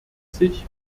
sich